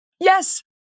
Yes